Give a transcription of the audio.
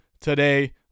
today